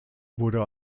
wurde